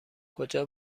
کجا